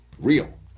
real